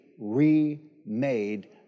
re-made